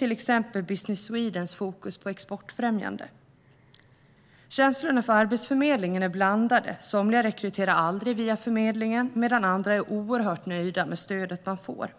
exempelvis Business Swedens fokus på exportfrämjande. Känslorna för Arbetsförmedlingen är blandade. Somliga rekryterar aldrig via förmedlingen medan andra är oerhört nöjda med stödet de får.